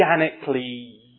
organically